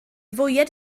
fwyaf